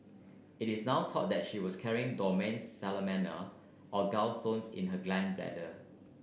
it is now thought that she was carrying dormant salmonella on gallstones in her gall bladder